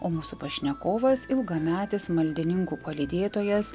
o mūsų pašnekovas ilgametis maldininkų palydėtojas